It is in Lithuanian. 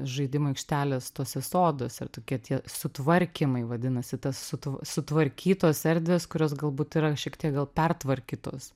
žaidimų aikštelės tuose soduose ir tokie tie sutvarkymai vadinasi tas sutva sutvarkytos erdvės kurios galbūt yra šiek tiek gal pertvarkytos